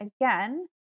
again